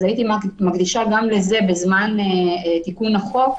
הייתי מקדישה מחשבה גם לזה בזמן תיקון החוק.